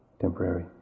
temporary